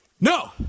No